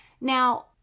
Now